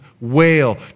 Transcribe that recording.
wail